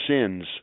sins